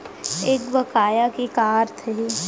एक बकाया के का अर्थ हे?